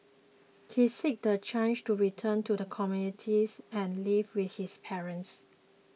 he seeks the chance to return to the communities and live with his parents